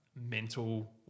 mental